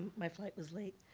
my flight was late.